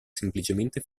semplicemente